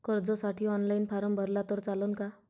कर्जसाठी online form भरला तर चालन का?